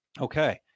okay